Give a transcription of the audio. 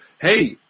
hey